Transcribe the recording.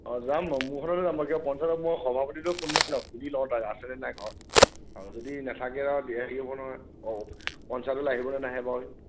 অ' যাম মোৰখনতে যাম কিবা পঞ্চায়ত মই সভাপতিক ফোন মাৰি লওঁ সুধি লওঁ তাক আছে নে নাই ঘৰত আৰু যদি নাথাকে আৰু নহয় পঞ্চায়তলৈ আহিব নে নাহে বাৰু সি